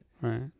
Right